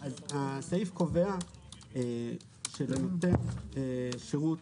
הסעיף קובע שלנותן שירות